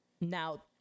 Now